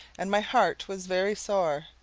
and my heart was very sore.